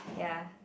ya